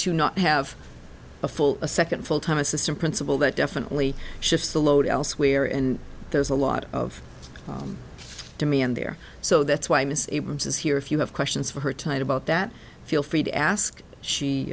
to not have a full second full time assistant principal that definitely shifts the load elsewhere and there's a lot of demand there so that's why miss abrams is here if you have questions for her tight about that feel free to ask she